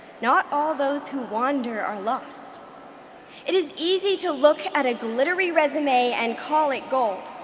not all those who wander are lost it is easy to look at a glittery resume and call it gold.